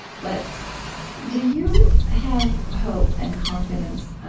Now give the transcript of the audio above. but do you have hope and confidence